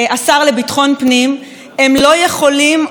הם לא יכולים או לא מסוגלים או לא רוצים,